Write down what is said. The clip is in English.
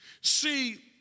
See